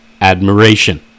admiration